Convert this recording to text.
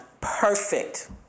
Perfect